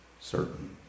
certain